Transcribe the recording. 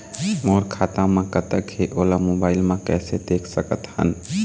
मोर खाता म कतेक हे ओला मोबाइल म कइसे देख सकत हन?